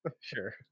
sure